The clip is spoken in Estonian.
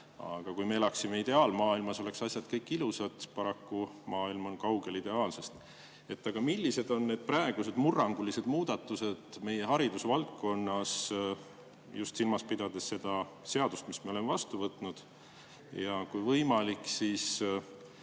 Kui me elaksime ideaalmaailmas, oleks asjad kõik ilusad, paraku maailm on kaugel ideaalsest. Millised on need praegused murrangulised muudatused meie haridusvaldkonnas just silmas pidades seda seadust, mis me oleme vastu võtnud? Kui võimalik, siis